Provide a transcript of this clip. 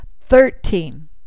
Thirteen